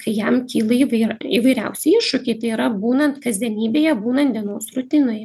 kai jam kyla įvair įvairiausi iššūkiai tai yra būnant kasdienybėje būnan dienos rutinoj